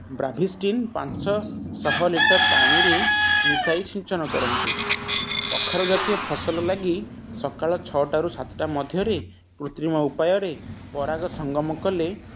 Bravistin ପାଞ୍ଚଶହ litre ପାଣିରେ ମିଶାଇ ସିଞ୍ଚନ କରନ୍ତୁ କଖାରୁ ଜାତୀୟ ଫସଲ ଲାଗି ସକାଳ ଛଅଟାରୁ ସାତଟା ମଧ୍ୟରେ କୃତ୍ରିମ ଉପାୟରେ ପରାଗ ସଂଗମ କଲେ